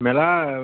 মেলা